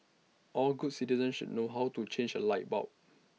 all good citizens should know how to change A light bulb